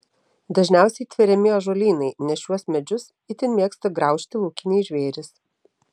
dažniausiai tveriami ąžuolynai nes šiuos medžius itin mėgsta graužti laukiniai žvėrys